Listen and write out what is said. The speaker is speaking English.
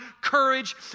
courage